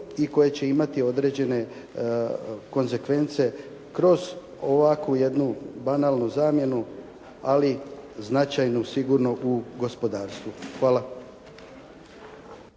i koji će imati određene konzekvence kroz ovakvu jednu banalnu zamjenu, ali značajnu sigurno u gospodarstvu. Hvala.